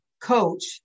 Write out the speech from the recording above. coach